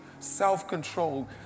self-control